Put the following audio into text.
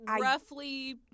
roughly